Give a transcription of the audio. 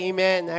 Amen